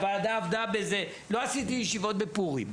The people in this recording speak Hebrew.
הוועדה עבדה ב לא עשיתי ישיבות בפורים.